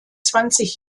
zwanzig